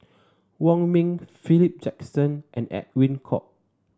Wong Ming Philip Jackson and Edwin Koek